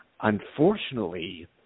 Unfortunately